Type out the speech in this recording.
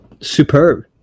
Superb